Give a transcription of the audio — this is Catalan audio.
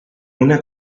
una